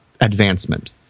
advancement